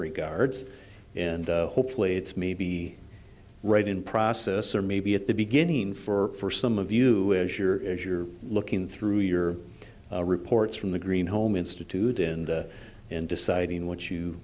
regards and hopefully it's may be right in process or maybe at the beginning for some of you as you're as you're looking through your reports from the green home institute and in deciding what you